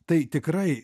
tai tikrai